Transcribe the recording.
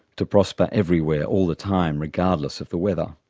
to prosper everywhere, all the time, regardless of the weather.